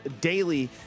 daily